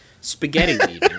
spaghetti